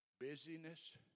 Busyness